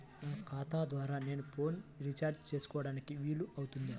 నా ఖాతా ద్వారా నేను ఫోన్ రీఛార్జ్ చేసుకోవడానికి వీలు అవుతుందా?